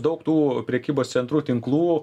daug tų prekybos centrų tinklų